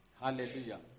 Hallelujah